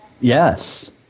Yes